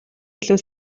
илүү